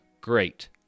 great